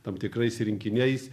tam tikrais rinkiniais